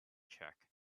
check